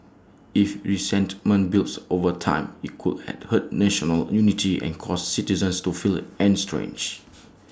if resentment builds over time IT could hurt national unity and cause citizens to feel estranged